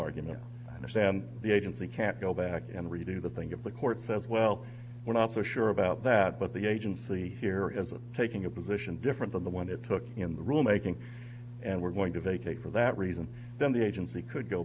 argument i understand the agency can't go back and redo the thing if the court says well we're not so sure about that but the agency here isn't taking a position different than the one it took in the rule making and we're going to vacate for that reason then the agency could go